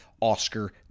Oscar